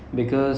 err